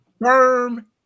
firm